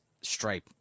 Stripe